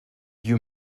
you